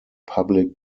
public